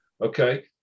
okay